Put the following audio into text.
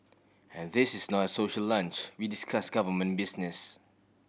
and this is not a social lunch we discuss government business